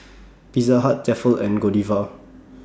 Pizza Hut Tefal and Godiva